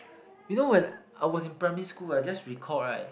you know when I was in primary school I just recalled [right]